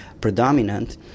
predominant